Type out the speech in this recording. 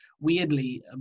weirdly